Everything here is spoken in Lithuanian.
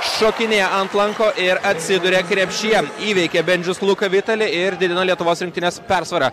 šokinėja ant lanko ir atsiduria krepšyje įveikė bendžius luką vitalį ir didino lietuvos rinktinės persvarą